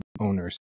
owners